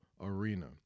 Arena